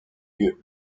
lieux